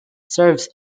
serves